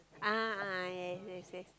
ah ah yes yes